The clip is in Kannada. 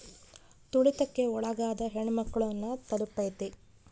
ತುಳಿತಕ್ಕೆ ಒಳಗಾದ ಹೆಣ್ಮಕ್ಳು ನ ತಲುಪೈತಿ